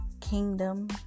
kingdom